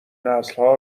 نسلها